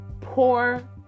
poor